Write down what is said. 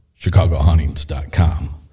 ChicagoHuntings.com